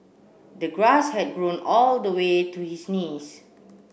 the grass had grown all the way to his knees